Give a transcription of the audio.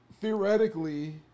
theoretically